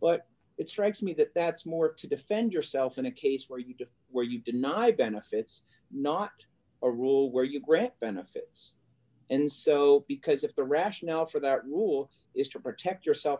but it strikes me that that's more to defend yourself in a case for you to where you deny benefits not a rule where you grant benefits and so because if the rationale for that rule is to protect yourself